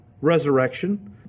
resurrection